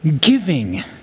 giving